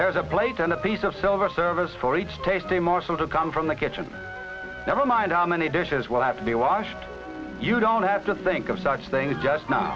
there is a plate and a piece of silver service for each tasty morsel to come from the kitchen never mind how many dishes will have to be washed you don't have to think of such things just now